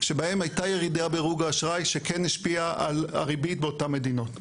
שבהם הייתה ירידה בדירוג האשראי שכן השפיעה על הריבית באותן מדינות.